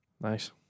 Nice